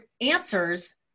answers